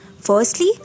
Firstly